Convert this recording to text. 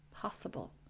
possible